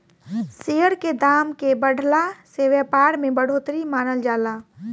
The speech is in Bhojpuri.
शेयर के दाम के बढ़ला से व्यापार में बढ़ोतरी मानल जाला